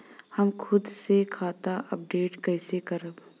हम खुद से खाता अपडेट कइसे करब?